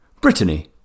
Brittany